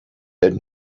had